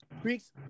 Greeks